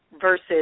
versus